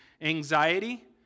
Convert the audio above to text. Anxiety